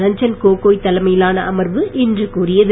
ரஞ்சன் கோகோய் தலைமையிலான அமர்வு இன்று கூறியது